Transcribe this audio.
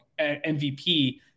MVP